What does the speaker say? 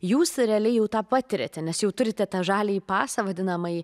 jūs realiai jau tą patiriate nes jau turite tą žaliąjį pasą vadinamąjį